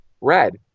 red